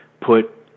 put